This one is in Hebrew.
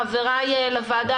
חבריי לוועדה,